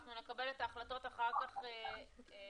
אנחנו נקבל את ההחלטות אחר כך בהתאם.